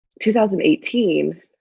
2018